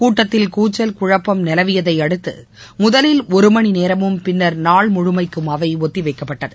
கூட்டத்தில் கூச்சல் குழப்பம் நிலவியதைஅடுத்துமுதலில் ஒருமணிநேரமும் பின்னர் நாள் முழுவதும் அவைஒத்திவைக்கப்பட்டது